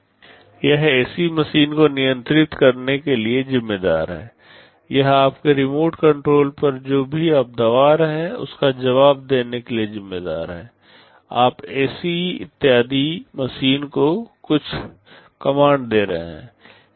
यह AC machine को नियंत्रित करने के लिए ज़िम्मेदार है यह आपके रिमोट कंट्रोल पर जो भी आप दबा रहे हैं उसका जवाब देने के लिए ज़िम्मेदार है आप एसी इत्यादि मशीन को कुछ कमांड दे रहे हैं